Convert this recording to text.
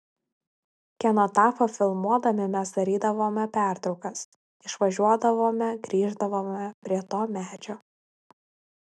kenotafą filmuodami mes darydavome pertraukas išvažiuodavome grįždavome prie to medžio